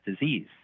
disease